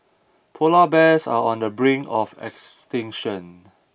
polar bears are on the brink of extinction